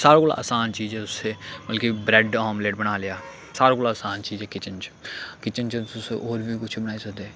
सारें कोला असान चीज ऐ उस मतलब कि ब्रैड आमलेट बना लेआ सारें कोला असान चीज ऐ किचन च किचन च तुस होर बी कुछ बनाई सकदे